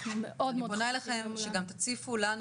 אני פונה אליכם שגם תציפו לנו,